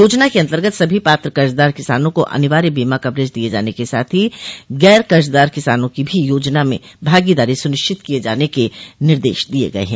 योजना के अन्तर्गत सभी पात्र कर्जदार किसानों को अनिवार्य बीमा कवरेज दिये जाने के साथ ही गैर कर्जदार किसानों की भी योजना में भागीदारी सुनिश्चित किये जाने के निर्देश दिय गये हैं